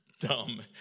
dumb